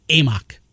Amok